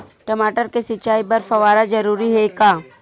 टमाटर के सिंचाई बर फव्वारा जरूरी हे का?